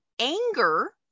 Anger